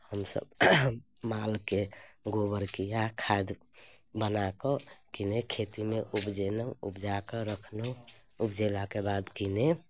हमसभ मालकेँ गोबरकेँ इएह खाद बना कऽ किने खेतीमे उपजेलहुँ उपजा कऽ रखलहुँ उपजेलाके बाद किने